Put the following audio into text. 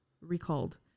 recalled